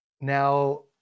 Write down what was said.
Now